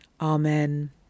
Amen